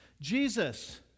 Jesus